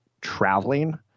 traveling